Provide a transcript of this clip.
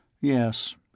Yes